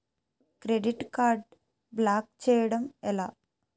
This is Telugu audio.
క్రెడిట్ కార్డ్ బ్లాక్ చేయడం ఎలా?